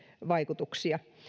vaikutuksia